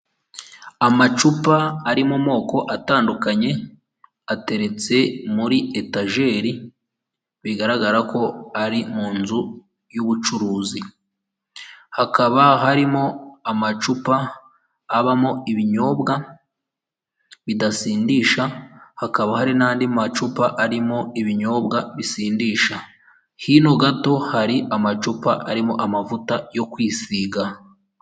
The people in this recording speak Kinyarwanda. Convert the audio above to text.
Amacupa ari mu moko atandukanye, ateretse muri etajeri bigaragara ko ari mu nzu y'ubucuruzi, hakaba harimo amacupa abamo ibinyobwa bidasindisha, hakaba hari n'andi macupa arimo ibinyobwa bisindisha, hino gato hari amacupa arimo amavuta yo kwisiga.